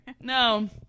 no